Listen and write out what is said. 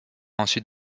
ensuite